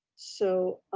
so